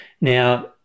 Now